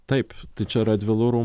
taip tai čia radvilų rūm